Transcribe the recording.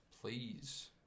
Please